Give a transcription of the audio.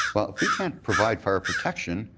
if we can't provide fire protection,